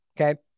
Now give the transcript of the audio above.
Okay